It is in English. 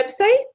website